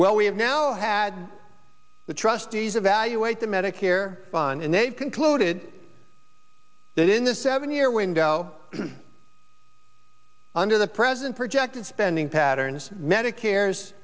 well we have now had the trustees evaluate the medicare fun and they've concluded that in a seven year window under the present projected spending patterns medicare's